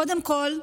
קודם כול,